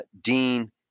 Dean